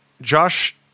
Josh